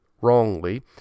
wrongly